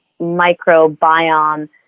microbiome